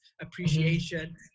appreciation